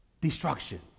Destruction